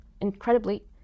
incredibly